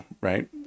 right